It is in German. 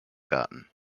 garten